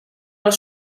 alla